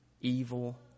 evil